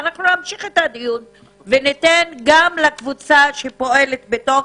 אנחנו ניתן גם לקבוצה שפועלת בתוך